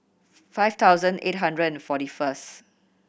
five thousand eight hundred and forty first